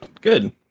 Good